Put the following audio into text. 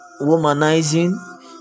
womanizing